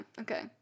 Okay